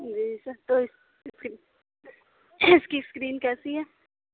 جی sir تو اِس اس اِس کی اسکرین کیسی ہے